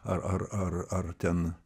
ar ar ar ar ten